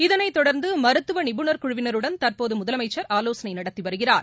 இதனைத் தொடர்ந்து மருத்துவ நிபுணர் குழுவினருடன் தற்போது முதலமைச்சர் ஆலோசனை நடத்தி வருகிறார்